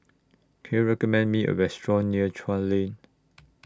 Can YOU recommend Me A Restaurant near Chuan Lane